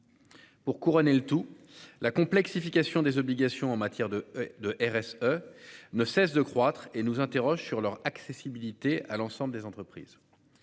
Pour couronner le tout, la complexification des obligations en matière de de RS. Ne cesse de croître et nous interroge sur leur accessibilité à l'ensemble des entreprises.